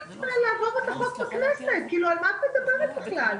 על מה את מדברת בכלל?